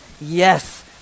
yes